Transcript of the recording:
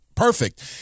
perfect